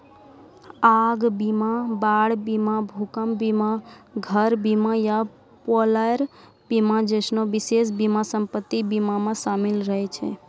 आग बीमा, बाढ़ बीमा, भूकंप बीमा, घर बीमा या बॉयलर बीमा जैसनो विशेष बीमा सम्पति बीमा मे शामिल रहै छै